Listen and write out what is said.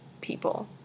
people